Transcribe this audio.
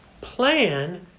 plan